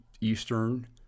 Eastern